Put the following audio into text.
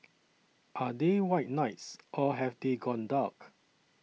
are they white knights or have they gone dark